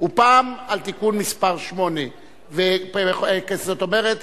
ועל תיקון מס' 8. זאת אומרת,